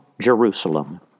Jerusalem